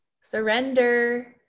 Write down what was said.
surrender